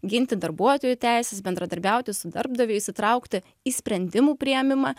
ginti darbuotojų teises bendradarbiauti su darbdaviais įtraukti į sprendimų priėmimą